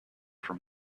from